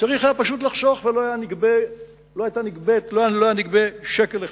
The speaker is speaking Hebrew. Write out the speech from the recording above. צריך היה פשוט לחסוך ולא היה נגבה שקל אחד.